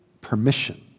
permission